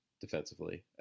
defensively